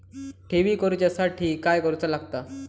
ठेवी करूच्या साठी काय करूचा लागता?